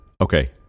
Okay